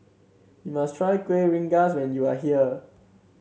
you must try Kueh Rengas when you are here